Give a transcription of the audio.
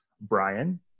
Brian